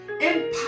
Empower